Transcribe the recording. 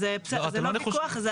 זה לא ויכוח.